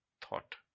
thought